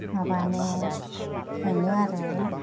माबानो मोनो आरो